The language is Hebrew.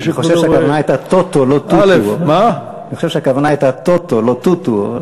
אני חושב שהכוונה הייתה טוֹטוֹ ולא טוּטוּ.